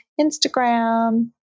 Instagram